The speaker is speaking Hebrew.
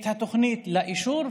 את התוכנית לאישור,